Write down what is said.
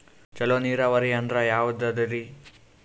ಚಲೋ ನೀರಾವರಿ ಅಂದ್ರ ಯಾವದದರಿ?